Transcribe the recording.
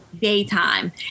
daytime